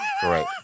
Great